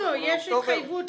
אולי אוקטובר,